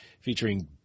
featuring